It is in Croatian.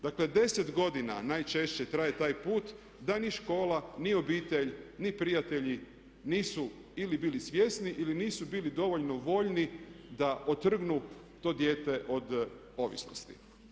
Dakle, 10 godina najčešće traje taj put da ni škola, ni obitelj, ni prijatelji nisu ili bili svjesni ili nisu bili dovoljno voljni da otrgnu to dijete od ovisnosti.